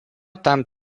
tam